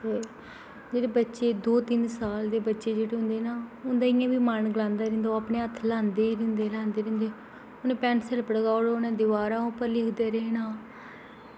ते जेह्ड़े बच्चे दौ तिन्न साल दे बच्चे होंदे ना उं'दा इ'यां बी मन होंदा ते ल्हांदे रौंह्दे ल्हांदे रौंह्दे उ'नें गी पैंसिल पकड़ाई ओड़ो उ'नें दिवारें उप्पर लिखदे रौह्ना